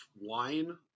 wine